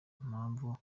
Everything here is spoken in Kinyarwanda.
mpamvu